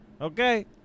Okay